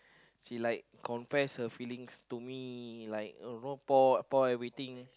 she like confess her feelings to me like a robot about everything